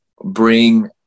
bring